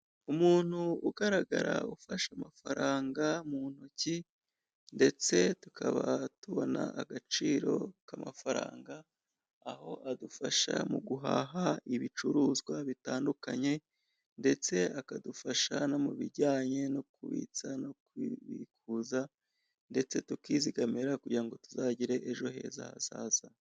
Umuntu ugaragara ufasha amafaranga mu ntoki, ndetse tukaba tubona agaciro k'amafaranga; aho adufasha mu guhaha ibicuruzwa bitandukanye, ndetse akadufasha no mu bijyanye no kubitsa no kubikuza, ndetse tukizigamira kugira ngo tuzagire ejo heza hazaza.